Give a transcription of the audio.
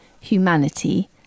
humanity